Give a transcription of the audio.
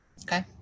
Okay